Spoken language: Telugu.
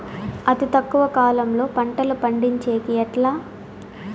అతి తక్కువ కాలంలో పంటలు పండించేకి ఎట్లా?